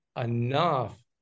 enough